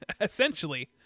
Essentially